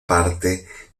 parte